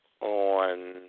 on